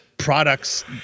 products